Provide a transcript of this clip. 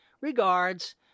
Regards